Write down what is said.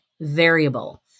variable